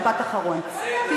משפט אחרון, גברתי היושבת-ראש.